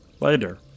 Later